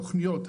תוכניות,